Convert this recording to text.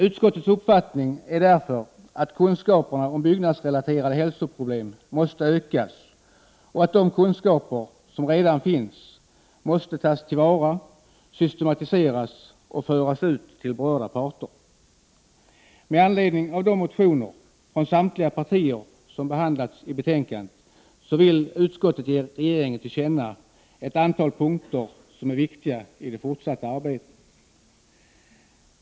Utskottets uppfattning är därför att kunskaperna om byggnadsrelaterade hälsoproblem måste ökas och att de kunskaper som redan finns måste tas till vara, systematiseras och föras ut till berörda parter. Med anledning av de motioner, från samtliga partier, som behandlats i betänkandet vill utskottet ge regeringen till känna ett antal punkter, som är viktiga i det fortsatta arbetet.